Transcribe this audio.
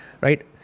right